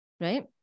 right